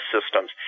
systems